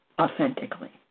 authentically